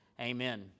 Amen